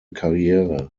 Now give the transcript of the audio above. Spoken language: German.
karriere